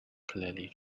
clearly